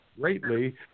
greatly